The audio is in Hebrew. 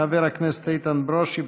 חבר הכנסת איתן ברושי,